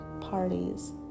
parties